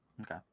Okay